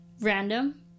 Random